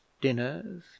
dinners